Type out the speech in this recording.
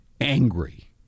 angry